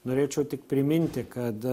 norėčiau tik priminti kad